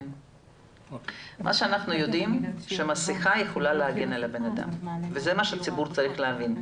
אנחנו יודעים שמסכה יכולה להגן על הבן אדם וזה מה שהציבור צריך להבין.